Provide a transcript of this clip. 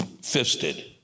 fisted